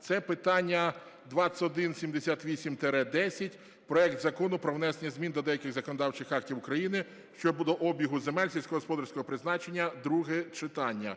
це питання 2178-10 - проект Закону про внесення змін до деяких законодавчих актів України щодо обігу земель сільськогосподарського призначення (друге читання).